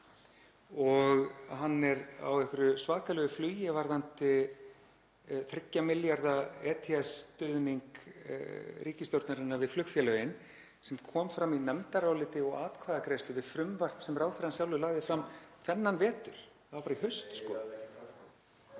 og hann er á einhverju svakalegu flugi varðandi þriggja milljarða ETS-stuðning ríkisstjórnarinnar við flugfélögin sem kom fram í nefndaráliti og atkvæðagreiðslu við frumvarp sem ráðherrann sjálfur lagði fram þennan vetur. Það var bara í haust.